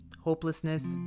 hopelessness